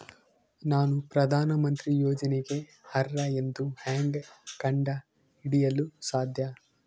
ನಾನು ಪ್ರಧಾನ ಮಂತ್ರಿ ಯೋಜನೆಗೆ ಅರ್ಹ ಎಂದು ಹೆಂಗ್ ಕಂಡ ಹಿಡಿಯಲು ಸಾಧ್ಯ?